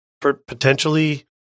potentially